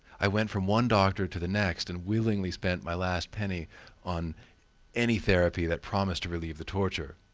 i went from one doctor to the next and willingly spent my last penny on any therapy that promised to relieve the torture.